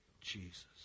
Jesus